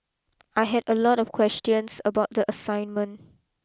I had a lot of questions about the assignment